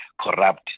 corrupt